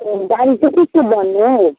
गाडी चाहिँ कसको भन्नु हौ